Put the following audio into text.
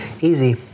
Easy